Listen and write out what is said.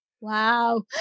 wow